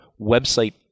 website